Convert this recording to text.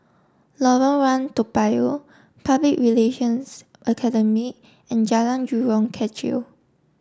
Lorong one Toa Payoh Public Relations Academy and Jalan Jurong Kechil